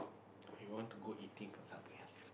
or you want to go eating for Subway ah